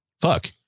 fuck